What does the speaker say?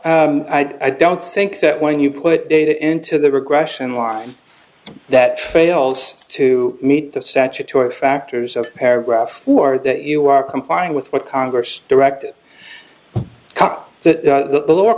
i don't think that when you put data into the regression line that fails to meet the statutory factors of paragraph four that you are complying with what congress direct